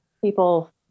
people